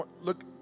Look